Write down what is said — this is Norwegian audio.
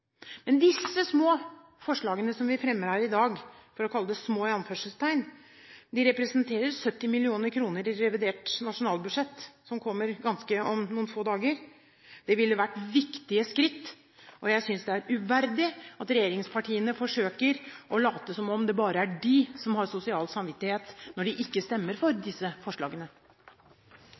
men de viktigste tiltakene for å bekjempe fattigdom, inkludert barnefattigdom, er selvfølgelig på lang sikt godt sosialt utjevnende skoler og et åpent arbeidsliv med plass til alle mammaer og pappaer. Disse «små» forslagene vi fremmer i dag, representerer 70 mill. kr i revidert nasjonalbudsjett, som kommer om noen få dager. Det ville vært viktige skritt, og jeg synes det er uverdig at regjeringspartiene forsøker å late som om det bare er de som har sosial